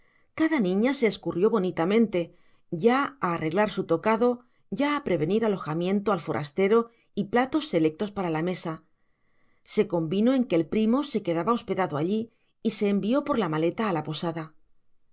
cada niña se escurrió bonitamente ya a arreglar su tocado ya a prevenir alojamiento al forastero y platos selectos para la mesa se convino en que el primo se quedaba hospedado allí y se envió por la maleta a la posada